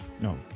No